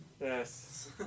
Yes